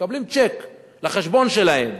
מקבלים צ'ק לחשבון שלהם,